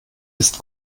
ist